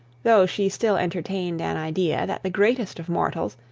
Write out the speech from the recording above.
though she still entertained an idea that the greatest of mortals,